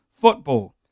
Football